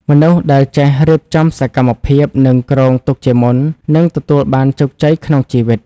មនុស្សដែលចេះរៀបចំសកម្មភាព និងគ្រោងទុកជាមុន នឹងទទួលបានជោគជ័យក្នុងជីវិត។